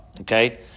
okay